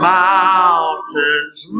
mountains